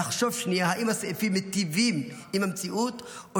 לחשוב שנייה: האם הסעיפים מיטיבים עם המציאות או